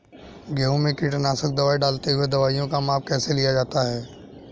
गेहूँ में कीटनाशक दवाई डालते हुऐ दवाईयों का माप कैसे लिया जाता है?